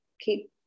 keep